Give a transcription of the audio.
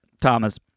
Thomas